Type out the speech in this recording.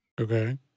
okay